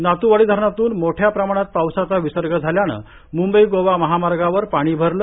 नातूवाडी धरणातून मोठ्या प्रमाणात पाण्याचा विसर्ग झाल्यानं मुंबई गोवा महामार्गावर पाणी भरलं